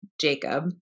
Jacob